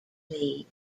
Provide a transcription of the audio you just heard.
league